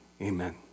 amen